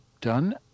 done